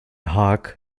haag